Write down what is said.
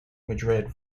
madrid